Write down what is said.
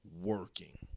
working